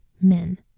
men